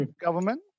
government